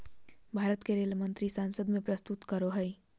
भारत के रेल मंत्री संसद में प्रस्तुत करो हइ